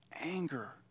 anger